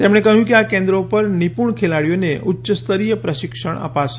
તેમણે કહ્યું કે આ કેન્દ્રો પર નિપ્રણ ખેલાડીઓને ઉચ્યસ્તરીય પ્રશિક્ષણ અપાશે